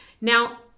Now